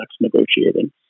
negotiating